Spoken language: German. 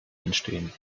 entstehen